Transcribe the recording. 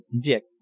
Dick